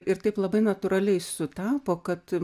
ir taip labai natūraliai sutapo kad